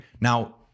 Now